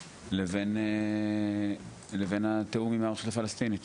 לבין התיאום עם הרשות הפלסטינית.